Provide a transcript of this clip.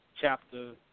chapter